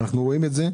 ואנחנו רואים את זה.